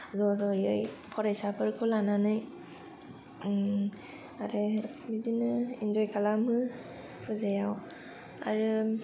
ज' ज'यै फरायसाफोरखौ लानानै ओम आरो बिदिनो इन्जय खालामो फुजायाव आरो